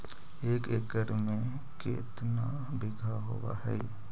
एक एकड़ में केतना बिघा होब हइ?